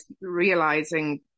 realizing